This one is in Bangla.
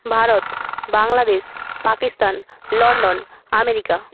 Bharat Bangladesh Pakistan London America